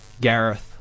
Gareth